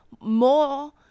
more